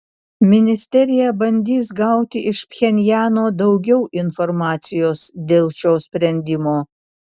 ministerija bandys gauti iš pchenjano daugiau informacijos dėl šio sprendimo